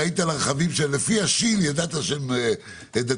ראית על הרכבים, לפי השי"ן ידעת שהם דתיים.